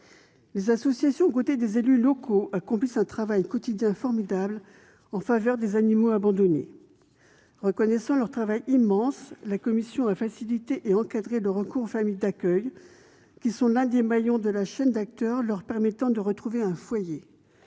Les associations, aux côtés des élus locaux, accomplissent une formidable action quotidienne en faveur des animaux abandonnés. Reconnaissant leur travail immense, la commission a facilité et encadré le recours aux familles d'accueil, qui sont l'un des maillons de la chaîne permettant à ces animaux de retrouver un foyer.